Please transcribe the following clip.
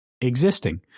existing